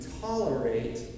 tolerate